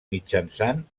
mitjançant